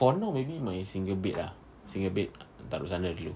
for now maybe my single bed ah single bed taruk sana dulu